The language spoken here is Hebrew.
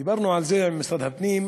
דיברנו על זה עם משרד הפנים,